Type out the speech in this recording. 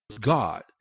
god